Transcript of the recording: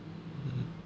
mm